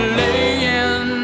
laying